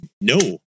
no